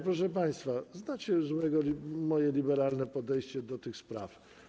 Proszę państwa, znacie moje liberalne podejście do tych spraw.